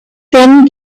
thin